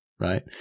right